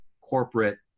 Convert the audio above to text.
corporate